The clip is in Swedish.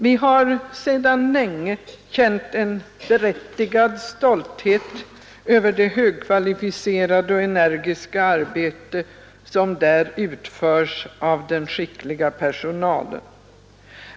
Vi känner sedan länge berättigad stolthet över det högkvalificerade och energiska arbete som där utförs av den skickliga personalen.